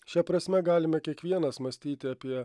šia prasme galima kiekvienas mąstyti apie